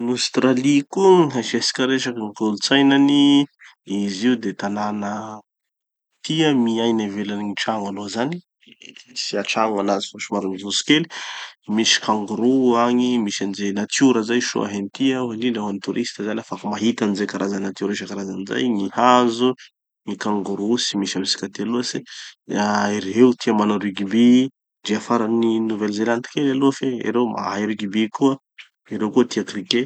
Gn'Australie koa gny hasiatsika resaky gny kolotsainany. Izy io de tanana tia miaina ivelan'ny gny trano aloha zany. Tsy antrano gn'anazy fa somary mijotso kely. Misy kangoroo agny, misy any ze natiora zay soa hentia, indrindra hoan'ny touristes zany afaky mahita anizay karaza natiora zay isankazarany zay. Gny hazo, gny kangoroo, tsy misy amitsika aty loatsy. Ah ereo tia manao rugby, ndre afarany nouvelle-zealand kely aloha fe ereo mahay rugby koa, ereo tia cricket.